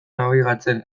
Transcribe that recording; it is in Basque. nabigatzen